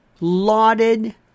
lauded